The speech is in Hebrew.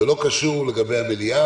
זה לא קשור למליאה,